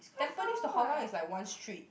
Tampines to Hougang is like one street